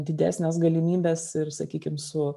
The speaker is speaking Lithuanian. didesnes galimybes ir sakykim su